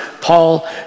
Paul